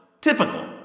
Typical